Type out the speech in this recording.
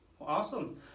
Awesome